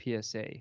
PSA